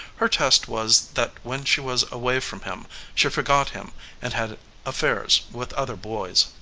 her test was that when she was away from him she forgot him and had affairs with other boys.